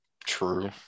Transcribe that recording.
True